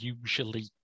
usually